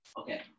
Okay